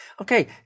Okay